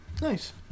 Nice